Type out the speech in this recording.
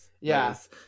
Yes